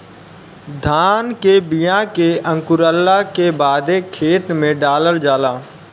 धान के बिया के अंकुरला के बादे खेत में डालल जाला